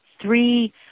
three